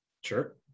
Sure